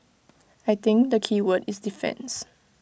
I think the keyword is defence